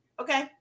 okay